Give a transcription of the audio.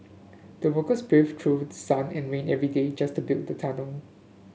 the workers braved through sun and rain every day just to build the tunnel